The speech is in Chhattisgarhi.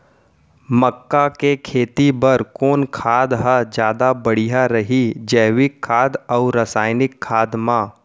मक्का के खेती बर कोन खाद ह जादा बढ़िया रही, जैविक खाद अऊ रसायनिक खाद मा?